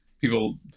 people